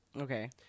Okay